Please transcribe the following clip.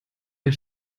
ihr